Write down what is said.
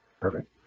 Perfect